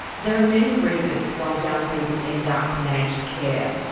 there are many reasons why young people end up in aged care.